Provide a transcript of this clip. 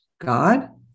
God